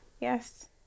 Yes